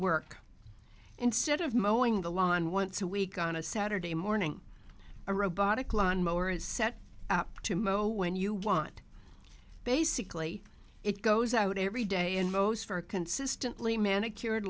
work instead of mowen the lawn once a week on a saturday morning a robotic lawn mower is set up to mow when you want basically it goes out every day and most are consistently manicured